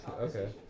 Okay